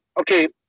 okay